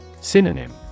Synonym